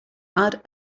add